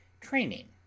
training